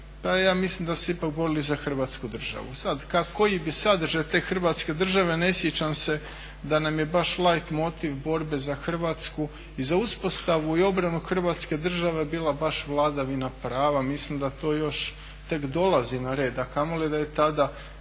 Pa ja mislim da su se ipak borili za Hrvatsku državu. Sada kako koji bi sadržaj te Hrvatske države, ne sjećam se da nam je baš light motiv borbe za Hrvatsku i za uspostavu i obranu Hrvatske države bila baš vladavina prava. Mislim da to još tek dolazi na red a kamoli da je tada